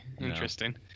Interesting